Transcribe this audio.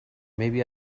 maybe